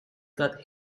got